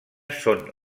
són